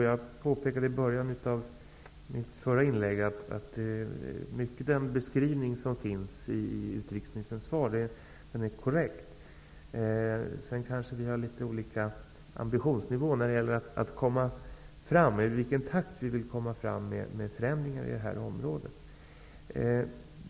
Fru talman! I början av mitt förra inlägg påpekade jag att mycket av den beskrivning som finns i utrikesministerns svar är korrekt. Sedan har vi kanske litet olika ambitionsnivå när det gäller i vilken takt vi vill att det skall genomföras förändringar i detta område.